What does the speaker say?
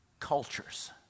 cultures